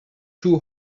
two